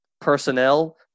personnel